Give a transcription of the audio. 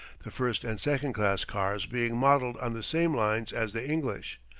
the first and second class cars being modelled on the same lines as the english.